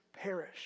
perish